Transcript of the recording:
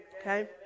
okay